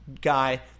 guy